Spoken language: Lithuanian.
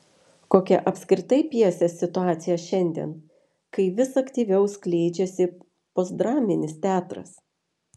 kokia apskritai pjesės situacija šiandien kai vis aktyviau skleidžiasi postdraminis teatras